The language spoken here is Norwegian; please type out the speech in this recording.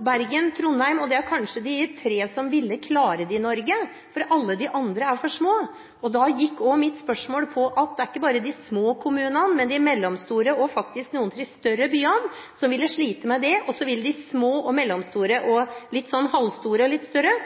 Bergen og Trondheim. Det er kanskje de tre som ville klare det i Norge, for alle de andre er for små. Da gikk også mitt spørsmål på at det er ikke bare de små kommunene, men de mellomstore og faktisk også noen av de større byene som ville slite med det, og så ville de små, de mellomstore, de litt sånn halvstore og de litt større